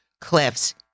cliffs